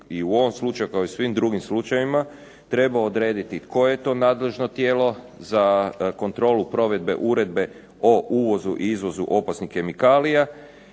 i u ovom slučaju kao i svim drugim slučajevima trebao odrediti koje je to nadležno tijelo za kontrolu provedbe Uredbe o uvozu i izvozu opasnih kemikalija,